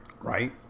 Right